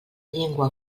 llengua